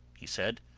he said.